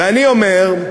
ואני אומר: